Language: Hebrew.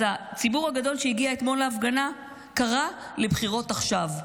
הציבור הגדול שהגיע אתמול להפגנה קרא לבחירות עכשיו,